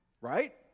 Right